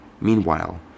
Meanwhile